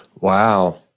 Wow